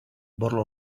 bottle